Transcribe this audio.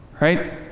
right